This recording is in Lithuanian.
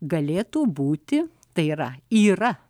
galėtų būti tai yra yra